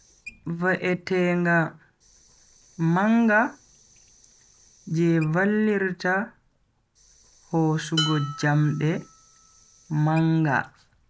Va'etenga manga je vallirta hosugo jamde manga.